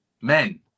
men